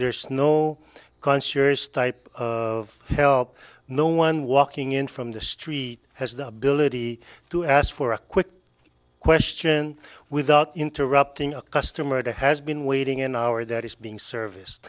concerts type of help no one walking in from the street has the ability to ask for a quick question without interrupting a customer has been waiting an hour that is being service